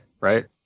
Right